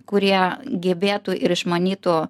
kurie gebėtų ir išmanytų